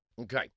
okay